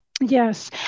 Yes